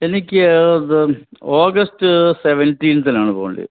എനിക്ക് ഇത് ഓഗസ്റ്റ് സെവൻറ്റീൻത്തിനാണ് പോകേണ്ടത്